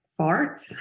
farts